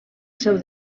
seu